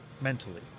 mentally